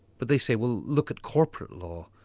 but they say well look at corporate law,